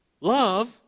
love